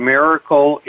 Miracle